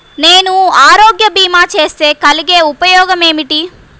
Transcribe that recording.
నేను ఆరోగ్య భీమా చేస్తే కలిగే ఉపయోగమేమిటీ?